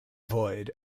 void